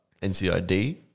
NCID